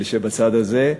אלה שבצד הזה.